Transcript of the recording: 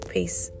Peace